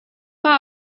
war